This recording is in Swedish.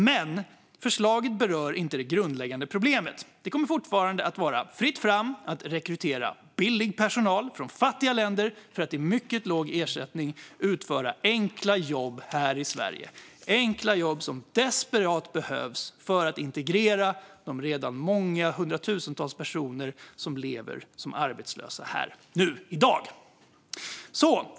Men förslaget berör inte det grundläggande problemet. Det kommer fortfarande att vara fritt fram att rekrytera billig personal från fattiga länder för att till mycket låg ersättning utföra enkla jobb här i Sverige - enkla jobb som desperat behövs för att integrera de redan många hundratusentals personer som lever som arbetslösa här och nu, i dag.